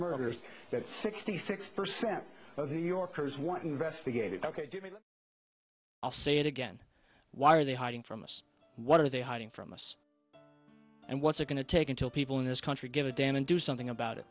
murders that sixty six percent of new yorkers want investigated ok i'll say it again why are they hiding from us what are they hiding from us and what's going to take until people in this country give a damn and do something about